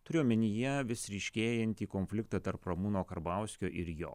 turiu omenyje vis ryškėjantį konfliktą tarp ramūno karbauskio ir jo